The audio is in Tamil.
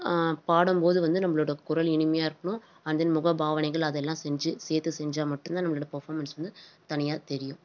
பாடும் போது வந்து நம்மளோட குரல் இனிமையாக இருக்கணும் அன் தென் முகபாவனைகள் அதெல்லாம் செஞ்சி சேர்த்து செஞ்சால் மட்டுந்தான் நம்மளோட பர்ஃபாமெண்ட்ஸ் வந்து தனியாக தெரியும்